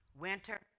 Winter